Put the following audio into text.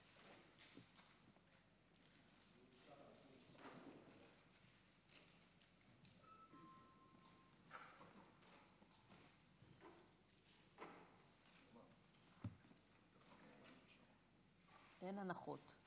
אין הנחות.